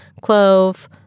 clove